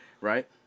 right